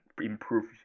improve